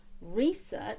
research